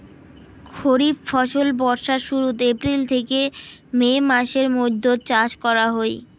খরিফ ফসল বর্ষার শুরুত, এপ্রিল থেকে মে মাসের মৈধ্যত চাষ করা হই